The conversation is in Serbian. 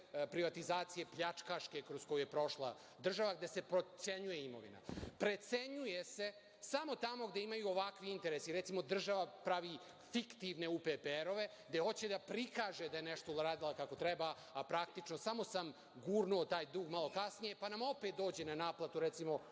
privatizacije pljačkaške kroz koju je prošla država gde se potcenjuje imovina. Precenjuje se samo tamo gde imaju ovakvi interesi. Recimo, država pravi fiktivne UPPR, gde hoće da prikaže da je nešto uradila kako treba, a praktično, samo sam gurnuo taj dug malo kasnije, pa nam opet dođe na naplatu, recimo,